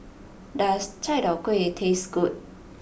does Chai Tow Kway taste good